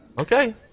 okay